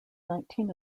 nineteen